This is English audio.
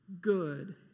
good